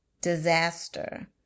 disaster